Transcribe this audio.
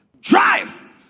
drive